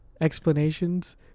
explanations